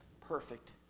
perfect